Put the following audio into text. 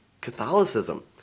catholicism